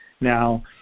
now